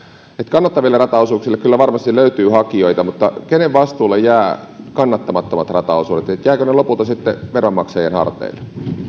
kannattaville rataosuuksille kyllä varmasti löytyy hakijoita mutta kenen vastuulle jäävät kannattamattomat rataosuudet jäävätkö ne lopulta sitten veronmaksajien harteille